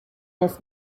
this